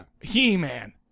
He-Man